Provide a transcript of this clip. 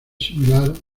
similar